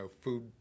food